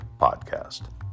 Podcast